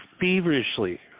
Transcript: feverishly